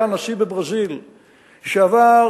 היה נשיא בברזיל שנבחר,